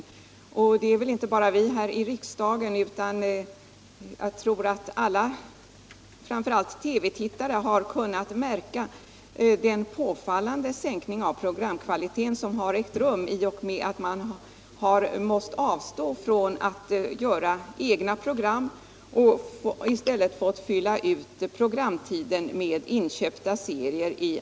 Jag tror också att det inte bara är vi här i riksdagen utan alla TV-tittare som har kunnat märka den påfallande sänkning av programkvaliteten som ägt rum i och med att man på Sveriges Radio har tvingats avstå från att göra egna program och i stället i allt större utsträckning får fylla ut programtiden med inköpta serier.